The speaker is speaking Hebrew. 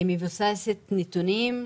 מבוססת נתונים,